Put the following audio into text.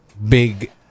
Big